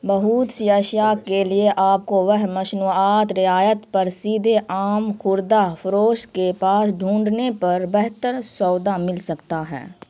بہوت سی اشیاء کے لیے آپ کو وہ مشنوعات رعایت پر سیدھے عام خوردہ فروش کے پاس ڈھونڈنے پر بہتر سودا مل سکتا ہے